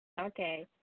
Okay